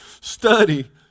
study